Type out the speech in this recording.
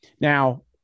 Now